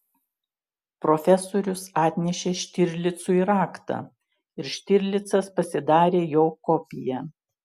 profesorius atnešė štirlicui raktą ir štirlicas pasidarė jo kopiją